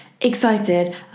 excited